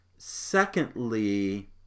Secondly